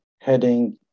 heading